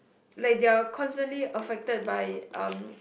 like they're constantly affected by um